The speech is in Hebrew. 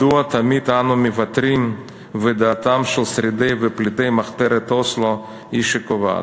מדוע תמיד אנו מוותרים ודעתם של שרידי ופליטי מחתרת אוסלו היא שקובעת?